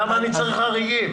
למה אני צריך חריגים?